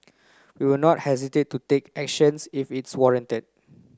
we will not hesitate to take actions if it's warranted